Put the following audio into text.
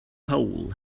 hole